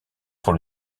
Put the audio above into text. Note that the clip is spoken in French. pour